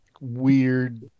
weird